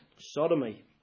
Sodomy